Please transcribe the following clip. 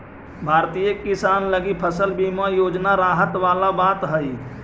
भारतीय किसान लगी फसल बीमा योजना राहत वाला बात हइ